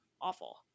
awful